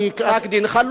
פסק-דין חלוט,